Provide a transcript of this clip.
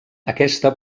aquesta